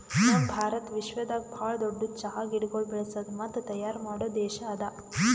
ನಮ್ ಭಾರತ ವಿಶ್ವದಾಗ್ ಭಾಳ ದೊಡ್ಡುದ್ ಚಹಾ ಗಿಡಗೊಳ್ ಬೆಳಸದ್ ಮತ್ತ ತೈಯಾರ್ ಮಾಡೋ ದೇಶ ಅದಾ